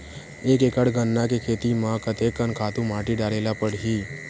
एक एकड़ गन्ना के खेती म कते कन खातु माटी डाले ल पड़ही?